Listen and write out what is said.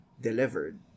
delivered